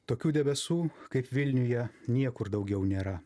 tokių debesų kaip vilniuje niekur daugiau nėra